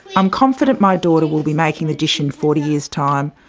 i'm confident my daughter will be making the dish in forty years' time,